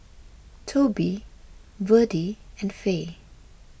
Toby Verdie and Fae